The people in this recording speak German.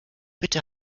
bitte